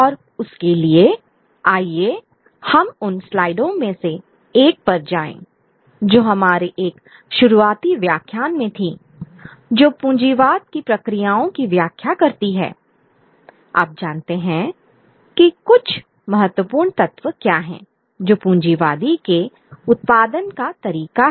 और उसके लिए आइए हम उन स्लाइडों में से एक पर जाएं जो हमारे एक शुरुआती व्याख्यान में थीं जो पूंजीवाद की प्रक्रियाओं की व्याख्या करती है आप जानते हैं कि कुछ महत्वपूर्ण तत्व क्या हैं जो पूंजीवादी के उत्पादन का तरीका है